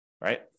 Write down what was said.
right